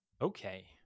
okay